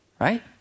right